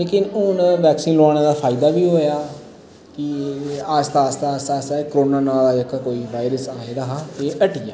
लेकिन हून वैक्सीन लोआने दा फायदा वी होया की आस्ता आस्ता आस्ता आस्ता एह् कोरोना नांऽ दा जेह्का कोई वाइरस आये दा हा एह् हटिया